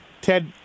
Ted